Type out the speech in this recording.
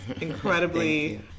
incredibly